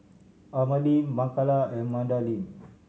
Amalie Makala and Madalynn